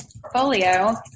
portfolio